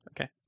Okay